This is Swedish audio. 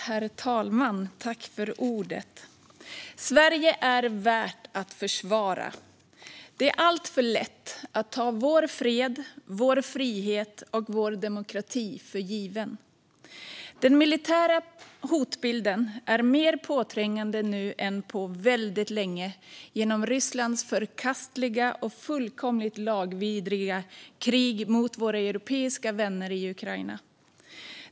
Herr talman! Sverige är värt att försvara. Det är alltför lätt att ta vår fred, vår frihet och vår demokrati för givna. Den militära hotbilden är mer påträngande nu än på väldigt länge på grund av Rysslands förkastliga och fullkomligt lagvidriga krig mot våra europeiska vänner i Ukraina.